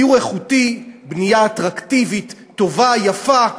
דיור איכותי, בנייה אטרקטיבית, טובה, יפה.